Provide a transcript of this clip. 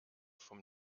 vom